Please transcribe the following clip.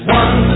one